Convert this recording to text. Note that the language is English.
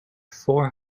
four